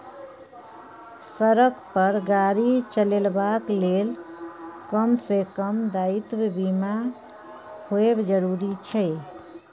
सड़क पर गाड़ी चलेबाक लेल कम सँ कम दायित्व बीमा होएब जरुरी छै